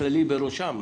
הכללי בראשם,